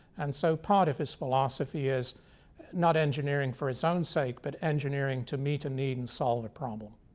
and so part of his philosophy is not engineering for its own sake, but engineering to meet a need and solve a problem.